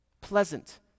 Pleasant